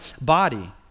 body